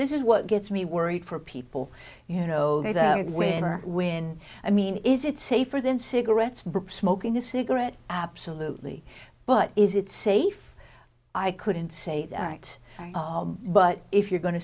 this is what gets me worried for people you know that it's when or when i mean is it safer than cigarettes smoking a cigarette absolutely but is it safe i couldn't say the act but if you're going to